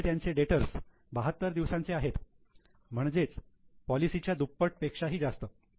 पण इथे त्यांचे डेटर्स 72 दिवसांचे आहेत म्हणजे पॉलिसी च्या दुप्पट पेक्षा जास्त